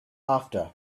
after